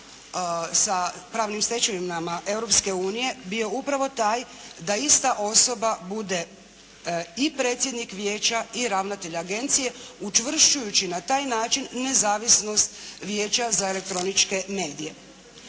sa pravnim stečevinama Europske unije bio upravo taj da ista osoba bude i predsjednik Vijeća i ravnatelj agencije učvršćujući na taj način nezavisnost Vijeća za elektroničke medije.